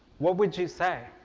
what would you say?